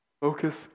Focus